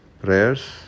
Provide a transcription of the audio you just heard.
prayers